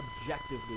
objectively